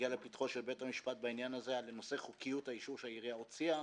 - של בית המשפט בעניין הזה על נושא חוקיות האישור שהעירייה הוציאה,